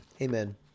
Amen